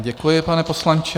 Děkuji, pane poslanče.